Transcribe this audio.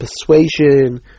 persuasion